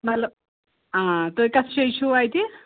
مطلب تُہۍ کَتھ جاے چھُ اَتہِ